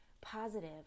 positive